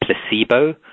placebo